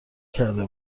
کرده